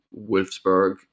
Wolfsburg